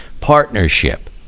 partnership